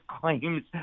claims